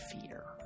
fear